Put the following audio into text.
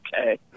Okay